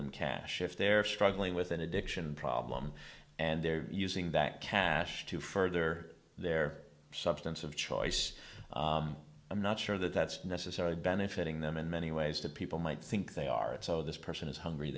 them cash if they're struggling with an addiction problem and they're using that cash to further their substance of choice i'm not sure that that's necessarily benefiting them in many ways that people might think they are and so this person is hungry